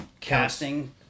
casting